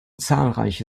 zahlreiche